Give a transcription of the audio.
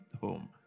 home